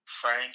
Frank